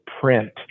print